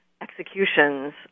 executions